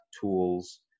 tools